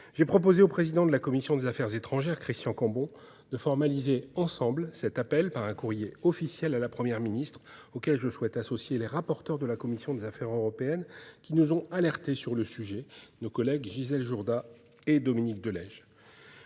J'ai proposé au président de la commission des affaires étrangères, Christian Cambon, de formaliser ensemble cet appel par un courrier officiel à la Première ministre, auquel je souhaite associer les rapporteurs de la commission des affaires européennes qui nous ont alertés sur le sujet, nos collègues Gisèle Jourda et Dominique de Legge.